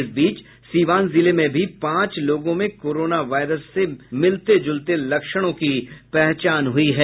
इस बीच सीवान जिले में भी पांच लोगों में कोरोना वायरस से मिलते जुलते लक्ष्णों की पहचान हुई है